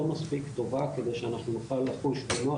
לא מספיק טובה כדי שאנחנו נוכל לחוש בנוח